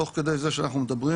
תוך כדי זה שאנחנו מדברים,